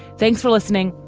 thanks for listening.